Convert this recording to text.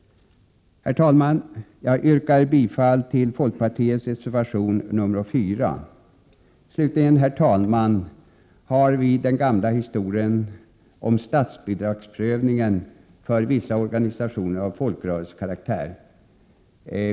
Herr talman! Jag yrkar bifall till folkpartiets reservation nr 4. Herr talman! Slutligen har vi den gamla historien om statsbidragsprövningen för vissa organisationer av folkrörelsekaraktär.